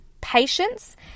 patience